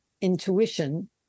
intuition